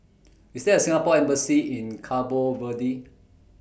IS There A Singapore Embassy in Cabo Verde